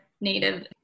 native